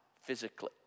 physically